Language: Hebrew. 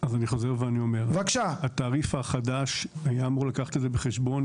אחד לא רוצה להוציא אותם נאחזים בקרנות המזבח למה להמשיך להוציא אותם.